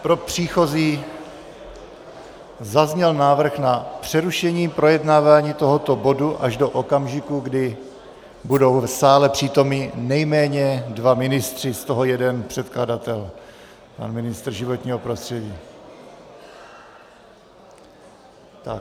Pro příchozí: zazněl návrh na přerušení projednávání tohoto bodu až do okamžiku, když budou v sále přítomni nejméně dva ministři, z toho jeden předkladatel, pan ministr životního prostředí.